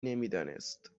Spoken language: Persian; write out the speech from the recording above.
نمیدانست